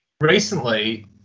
recently